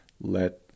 let